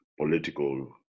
political